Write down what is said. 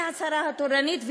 היא השרה התורנית,